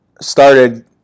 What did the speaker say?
started